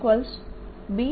B